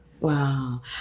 Wow